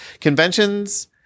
conventions